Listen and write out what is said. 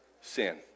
sin